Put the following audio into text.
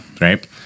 Right